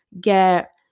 get